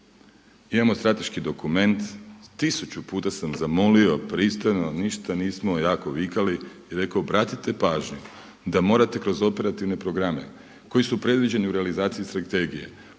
Imao strateški dokument, tisuću puta sam zamolio pristojno, ništa nismo jako vikali i rekao obratite pažnju da morate kroz operativne programe koji su predviđeni u realizaciji strategije